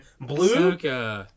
blue